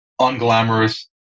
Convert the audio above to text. unglamorous